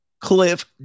Cliff